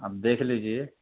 اب دیکھ لیجیے